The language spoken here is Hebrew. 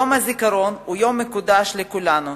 יום הזיכרון הוא יום מקודש לכולנו.